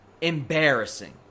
Embarrassing